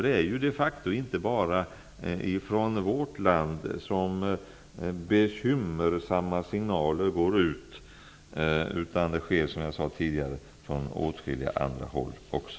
Det är de facto inte bara från vårt land som bekymmersamma signaler går ut utan från åtskilliga andra länder också.